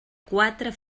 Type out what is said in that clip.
quatre